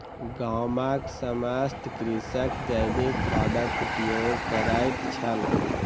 गामक समस्त कृषक जैविक खादक उपयोग करैत छल